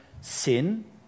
sin